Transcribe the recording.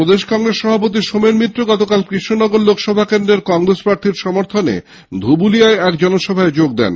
প্রদেশ কংগ্রেস সভাপতি সোমেন মিত্র গতকাল কৃষ্ণনগর লোকসভা কেন্দ্রের কংগ্রেস প্রার্থীর সমর্থনে ধুবুলিয়ায় এক জনসভায় যোগ দেন